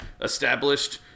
established